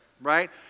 Right